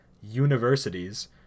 universities